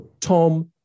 Tom